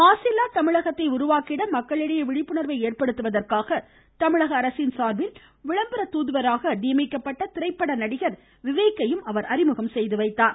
மாசில்லா தமிழகத்தை உருவாக்கிட மக்களிடையே விழிப்புணர்வை ஏற்படுத்துவதற்காக தமிழக அரசின் சாா்பில் விளம்பர துாதுவராக நியமிக்கப்பட்ட திரைப்பட நடிகர் விவேக்கையும் அவர் அறிமுகம் செய்து வைத்தார்